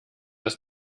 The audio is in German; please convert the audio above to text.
ist